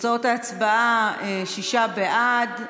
תוצאות ההצבעה: שישה בעד,